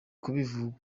kubivuga